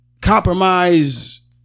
compromise